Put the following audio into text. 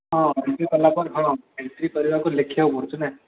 ହଁ ଏଣ୍ଟ୍ରି କଲାପରେ ହଁ ଏଣ୍ଟ୍ରି କରିବାକୁ ଲେଖିବାକୁ ପଡ଼ୁଛି ନାଁ